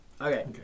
Okay